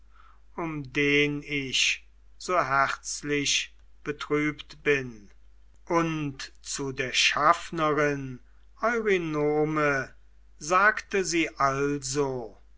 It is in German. um den ich so herzlich betrübt bin und zu der schaffnerin eurynome sagte sie also